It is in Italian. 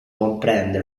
comprende